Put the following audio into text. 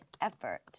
effort